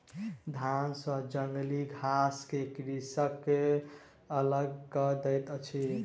धान सॅ जंगली घास के कृषक अलग कय दैत अछि